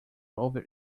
over